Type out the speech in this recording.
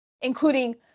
including